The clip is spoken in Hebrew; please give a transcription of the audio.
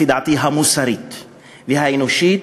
לפי דעתי המוסרית והאנושית,